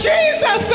Jesus